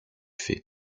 fais